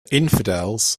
infidels